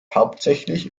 hauptsächlich